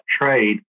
trade